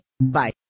Bye